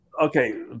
Okay